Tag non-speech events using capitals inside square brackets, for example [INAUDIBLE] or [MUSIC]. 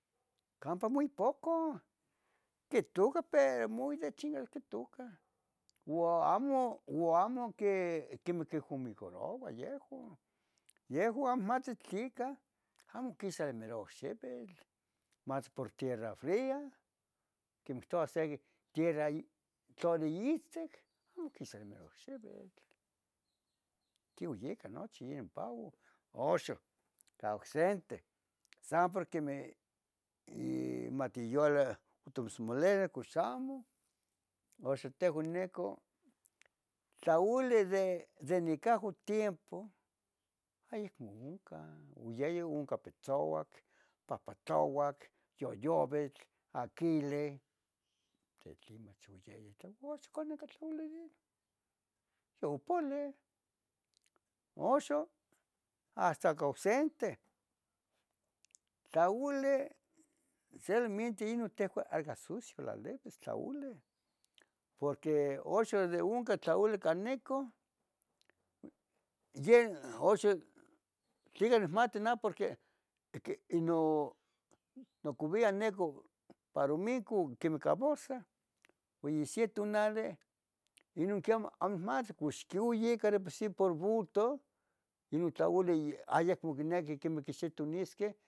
campa muy poco, quitucah pero muy de chinga quitucah uan amo, uam amo que quimi jumigaroa yehuan, yehuan amati tlica amo quisa mero xivitl, max por tierra fria, quemeh quihtouah segui, tierra to de itstic, amo quisa emero xivitl tioueh ica nochi yen pau. Oxoh cah ocsente san por quemeh i, matiyoli [UNINTELLIGIBLE] cox amo, oxon tehuan neco tlauli de necahco tiempo ayicmo oncan, oyaya onca petzouac, papatlouac, yoyovitl, aquile, tletlemach oyaya tlole, ox canin tlauli yen yopoleh. Oxon hasta causenteh tlauli solomente inon tehuan acah sucio tlalevis tlaoli. Porque onxon de oncan tloli Caneco, yen oxo, tleca nicmate nah porque, ino mocoviah neco para micu quimih ica bursa. Uan yi se tunali inon quioma amo nihmati inon tlauli ayacmo quinequih quemeh xitunisqueh